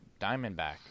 diamondback